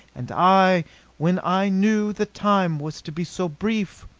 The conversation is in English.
and i when i knew the time was to be so brief